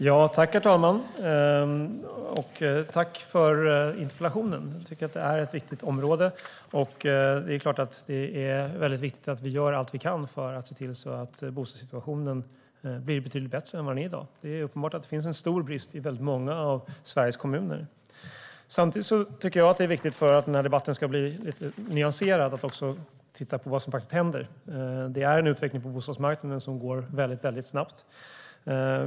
Herr talman! Tack, Hans Rothenberg, för interpellationen! Jag tycker att det är ett viktigt område, och det är klart att det är väldigt viktigt att vi gör allt vi kan för att se till att bostadssituationen blir betydligt bättre än vad den är i dag. Det är uppenbart att det finns en stor brist i väldigt många av Sveriges kommuner. Samtidigt tycker jag att det är viktigt, för att den här debatten ska bli lite nyanserad, att titta på vad som faktiskt händer. Det är en utveckling på bostadsmarknaden som går väldigt snabbt.